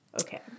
Okay